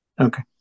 Okay